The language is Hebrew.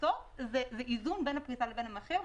ובסוף יש איזון בין הפריסה לבין המחיר.